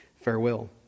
Farewell